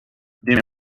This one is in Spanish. dime